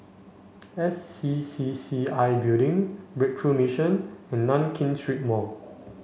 S C C C I Building Breakthrough Mission and Nankin Street Mall